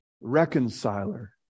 reconciler